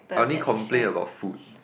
I only complain about food